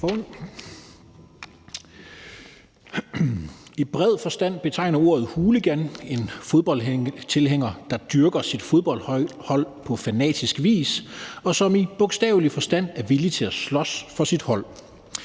I bred forstand betegner ordet hooligan en fodboldtilhænger, der dyrker sit fodboldhold på fanatisk vis, og som i bogstavelig forstand er villig til at slås for sit hold.